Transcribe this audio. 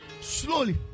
Slowly